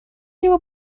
либо